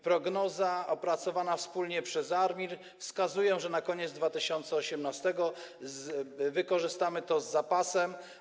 Prognoza opracowana wspólnie z ARiMR wskazuje, że na koniec 2018 r. wykorzystamy to z zapasem.